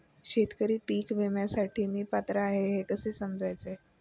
शेतकरी पीक विम्यासाठी मी पात्र आहे हे कसे समजायचे?